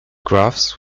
graphs